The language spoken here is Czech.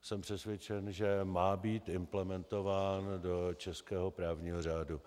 Jsem přesvědčen, že má být implementován do českého právního řádu.